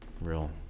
real